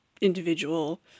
individual